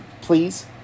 Please